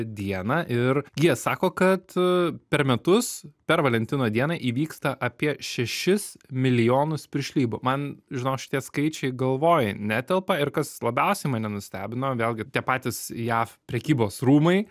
dieną ir jie sako kad per metus per valentino dieną įvyksta apie šešis milijonus piršlybų man žinok šitie skaičiai galvoj netelpa ir kas labiausiai mane nustebino vėlgi tie patys jav prekybos rūmai